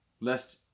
lest